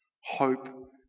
hope